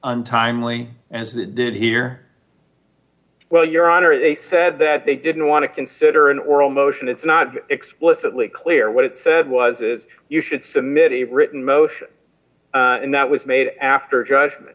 untimely as they did here well your honor they said that they didn't want to consider an oral motion it's not explicitly clear what it said was it you should submit a written motion and that was made after judgment